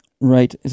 Right